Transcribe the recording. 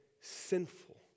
sinful